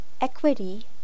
Equity